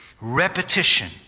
Repetition